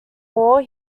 war